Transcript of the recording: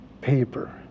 paper